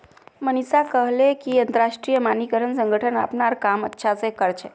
मनीषा कहले कि अंतरराष्ट्रीय मानकीकरण संगठन अपनार काम अच्छा स कर छेक